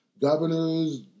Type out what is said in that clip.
Governors